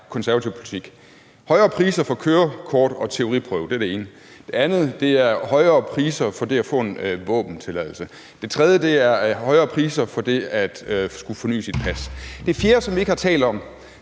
konservativ politik. Højere priser for kørekort og teoriprøve er det ene. Det andet er højere priser for det at få en våbentilladelse. Det tredje er højere priser for det at skulle forny sit pas. Det fjerde, som vi ikke har talt om,